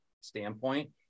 standpoint